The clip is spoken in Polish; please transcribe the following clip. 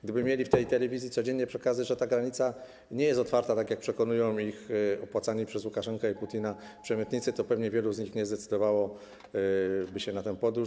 Gdyby mieli w tej telewizji codziennie przekazywać, że ta granica nie jest otwarta, jak przekonują ich opłacani przez Łukaszenkę i Putina przemytnicy, to pewnie wielu z nich nie zdecydowałoby się na podróż.